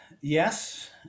Yes